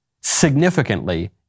significantly